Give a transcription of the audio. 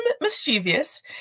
mischievous